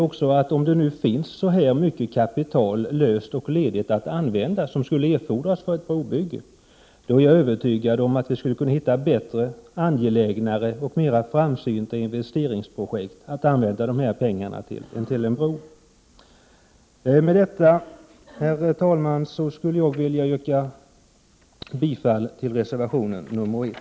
Om det nu finns så mycket ledigt kapital som behövs för ett brobygge, är jag övertygad om att vi skulle hitta bättre, angelägnare och mer framsynta investeringsprojekt än en bro att använda dessa pengar till. Med detta, herr talman, vill jag yrka bifall till reservation 1.